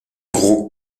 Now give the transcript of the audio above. gros